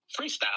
Freestyle